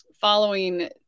following